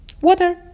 water